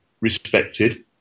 respected